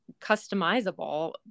customizable